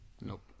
Nope